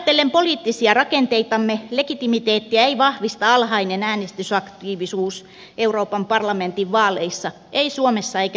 ajatellen poliittisia rakenteitamme ei legitimiteettiä vahvista alhainen äänestysaktiivisuus euroopan parlamentin vaaleissa ei suomessa eikä yleisesti